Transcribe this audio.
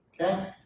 Okay